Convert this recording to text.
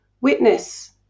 Witness